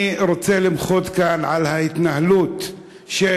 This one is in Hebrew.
אני רוצה למחות כאן על ההתנהלות של